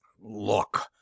Look